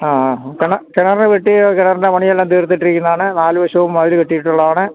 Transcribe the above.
ആ കിണറ് കെട്ടി കിണറിന്റെ പണിയെല്ലാം തീർത്തിട്ടിരിക്കുന്നതാണ് നാലുവശവും മതില് കെട്ടിയിട്ടുള്ളതാണ്